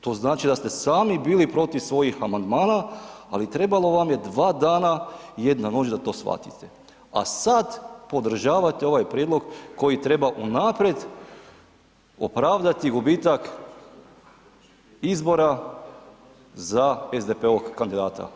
To znači da ste sami bili protiv svojih amandmana ali trebalo vam je dva dana i jedna noć da to shvatite a sad podržavate ovaj prijedlog koji treba unaprijed opravdati gubitak izbora za SDP-ovog kandidata.